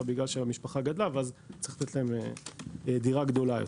מכיוון שהמשפחה גדלה וצריך לתת להם דירה גדולה יותר.